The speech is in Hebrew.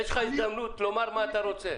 יש לך הזדמנות לומר מה אתה רוצה.